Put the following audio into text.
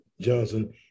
Johnson